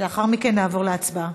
ולאחר מכן נעבור להצבעה.